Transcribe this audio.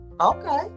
Okay